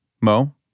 Mo